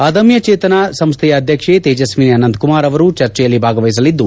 ಆಧಮ್ನ ಜೀತನ್ನ ಸಂಸ್ಥೆಯ ಅಧ್ಯಕ್ಷೆ ತೇಜ್ಞಾನಿ ಅನಂತಕುಮಾರ್ ಅವರು ಚರ್ಚೆಯಲ್ಲಿ ಭಾಗವಹಿಸಲಿದ್ದು